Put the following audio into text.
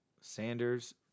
Sanders